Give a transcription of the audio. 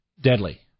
deadly